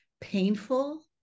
painful